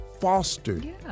fostered